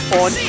on